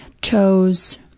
chose